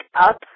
up